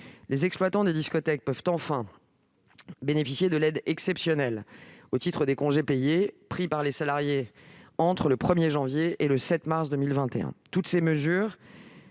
les exploitants des discothèques peuvent bénéficier de l'aide exceptionnelle au titre des congés payés pris par leurs salariés entre le 1janvier et le 7 mars 2021.